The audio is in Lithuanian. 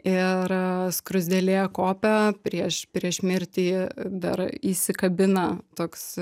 ir skruzdėlė kopia prieš prieš mirtį dar įsikabina toks